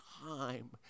time